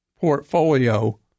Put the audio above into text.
portfolio